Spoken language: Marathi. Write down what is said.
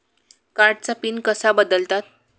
कार्डचा पिन कसा बदलतात?